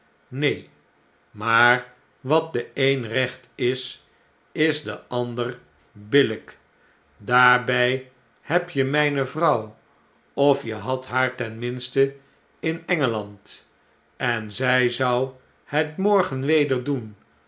neen maar wat den een recht is is den ander billijk aar heb je mijne vrouw of je hadt haar ten minste in engeland en zij zou het morgen weder